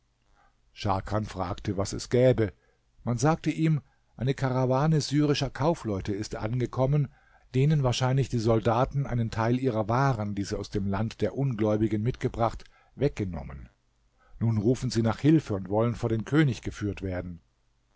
scharkan fragte was es gäbe man sagte ihm eine karawane syrischer kaufleute ist angekommen denen wahrscheinlich die soldaten einen teil ihrer waren die sie aus dem land der ungläubigen mitgebracht weggenommen nun rufen sie nach hilfe und wollen vor den könig geführt werden